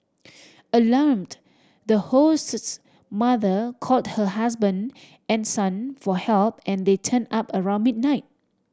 alarmed the host's mother called her husband and son for help and they turned up around midnight